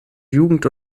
jugend